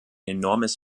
enormes